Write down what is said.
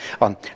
on